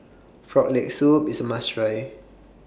Frog Leg Soup IS A must Try